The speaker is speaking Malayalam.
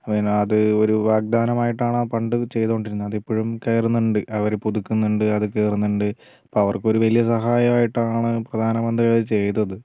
പിന്നെ അത് ഒരു വാഗ്ദാനമായിട്ടാണ് ആ പണ്ട് ചെയ്തുകൊണ്ടിരുന്നത് അത് ഇപ്പോഴും കയറുന്നുണ്ട് അവർ പുതുക്കുന്നുണ്ട് അത് കയറുന്നുണ്ട് അപ്പോൾ അവർക്കൊരു വലിയ സഹായമായിട്ടാണ് പ്രധാനമന്ത്രി അത് ചെയ്തത്